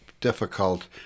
difficult